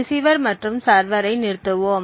receiver மற்றும் சர்வரை நிறுத்துவோம்